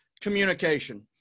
communication